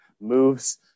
moves